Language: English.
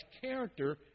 character